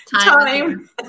Time